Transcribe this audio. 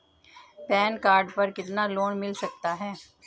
Pan card पर कितना loan मिल सकता है?